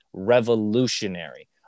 revolutionary